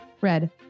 Red